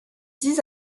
dix